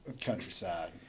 Countryside